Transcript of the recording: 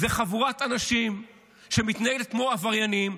זו חבורת אנשים שמתנהלת כמו עבריינים.